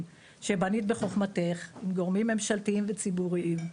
שבנית בחוכמתך עם גורמים ממשלתיים וציבוריים.